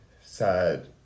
sad